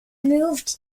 moved